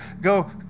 go